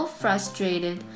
frustrated